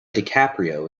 dicaprio